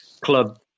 club